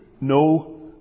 no